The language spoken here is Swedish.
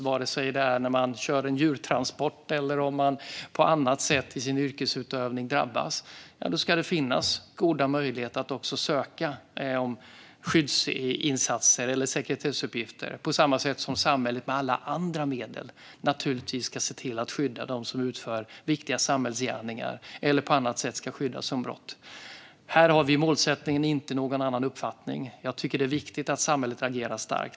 Vare sig man drabbas när man kör en djurtransport eller under annan yrkesutövning ska det finnas goda möjligheter att ansöka om skyddsinsatser eller sekretessbelagda uppgifter, samtidigt som samhället naturligtvis med alla andra medel ska se till att skydda dem som utför viktiga samhällsgärningar eller av andra skäl ska skyddas från brott. Om den målsättningen har vi ingen annan uppfattning. Jag tycker att det är viktigt att samhället agerar starkt.